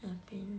那边